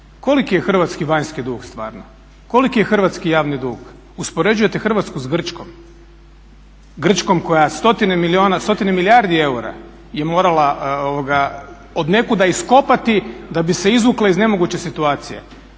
Koliki je hrvatski vanjski dug stvarno? Koliki je hrvatski javni dug? Uspoređujete Hrvatsku sa Grčkom, Grčkom koja stotine milijardi eura je morala odnekuda iskopati da bi se izvukla iz nemoguće situacije.